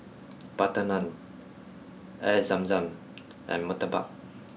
Butter Naan Air Zam Zam and Murtabak